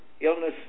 illness